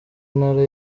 ntara